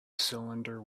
cylinder